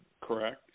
correct